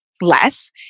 less